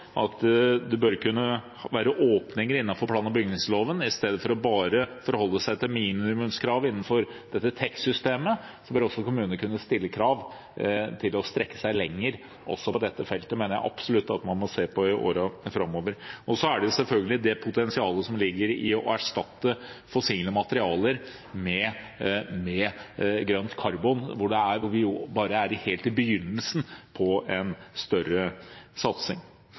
at det bør kunne være åpning innenfor plan- og bygningsloven i stedet for bare å forholde seg til minimumskrav innenfor TEK-systemet. Kommunene bør kunne stille krav til å strekke seg lenger også på dette feltet. Det mener jeg absolutt at man må se på i årene framover. Så er det selvfølgelig det potensialet som ligger i å erstatte fossile materialer med grønt karbon, hvor vi bare er helt i begynnelsen på en større satsing.